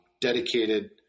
dedicated